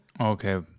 Okay